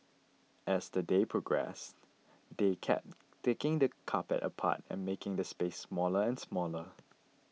as the day progressed they kept taking the carpet apart and making the space smaller and smaller